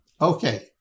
Okay